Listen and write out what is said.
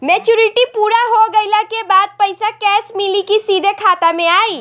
Maturity पूरा हो गइला के बाद पईसा कैश मिली की सीधे खाता में आई?